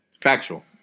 Factual